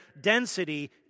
density